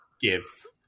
gives